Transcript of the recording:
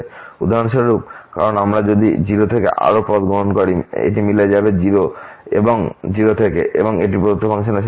উদাহরণস্বরূপ কারণ যদি আমরা 0 থেকে আরও পদ গ্রহণ করি এটি মিলবে এবং 0 এর কম থেকে এটি প্রদত্ত ফাংশনের সাথেও মিলবে